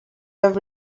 have